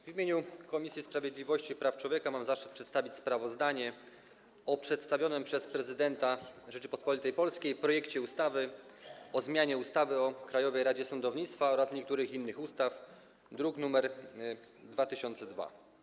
W imieniu Komisji Sprawiedliwości i Praw Człowieka mam zaszczyt przedstawić sprawozdanie o przedstawionym przez Prezydenta Rzeczypospolitej Polskiej projekcie ustawy o zmianie ustawy o Krajowej Radzie Sądownictwa oraz niektórych innych ustaw, druk nr 2002.